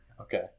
Okay